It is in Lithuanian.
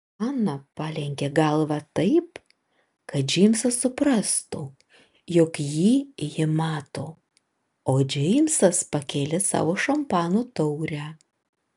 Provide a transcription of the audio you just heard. ana palenkė galvą taip kad džeimsas suprastų jog jį ji mato o džeimsas pakėlė savo šampano taurę